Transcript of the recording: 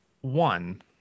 one